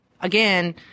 Again